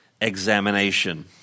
examination